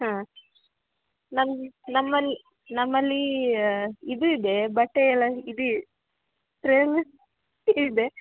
ಹಾಂ ನಮ್ಮ ನಮ್ಮಲ್ಲಿ ನಮ್ಮಲ್ಲಿ ಇದು ಇದೆ ಬಟ್ಟೆಯೆಲ್ಲ ಇದು ಟ್ರೇಲ್ ಇದೆ